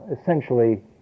essentially